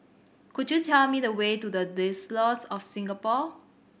could you tell me the way to The Diocese of Singapore